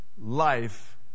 life